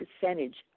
percentage